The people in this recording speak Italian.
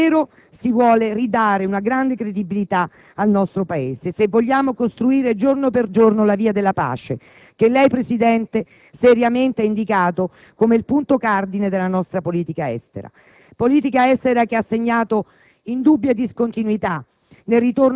se davvero si vuole ridare una grande credibilità al nostro Paese, se vogliamo costruire giorno per giorno la via della pace che lei, signor Presidente, haseriamente indicato come punto cardine della nostra politica estera. Politica estera che ha segnato indubbie discontinuità